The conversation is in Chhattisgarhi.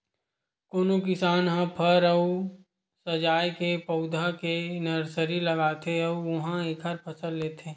कोनो किसान ह फर अउ सजाए के पउधा के नरसरी लगाथे अउ उहां एखर फसल लेथे